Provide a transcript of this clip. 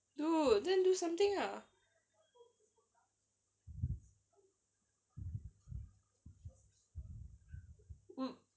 dude then do something lah